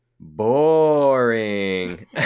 Boring